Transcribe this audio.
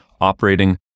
operating